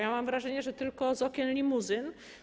Ja mam wrażenie, że tylko z okien limuzyn.